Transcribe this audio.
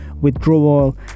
withdrawal